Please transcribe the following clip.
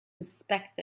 inspect